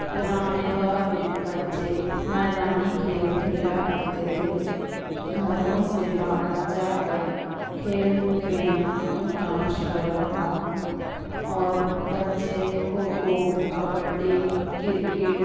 پرانے دور میں بچے میدانی کھیل کھیلا کرتے تھے گھروں سے باہر جا کر کھیل کھیلنا ان کا مشغلہ تھا اور بچے کھوکھو کبڈی کرکٹ